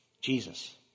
Jesus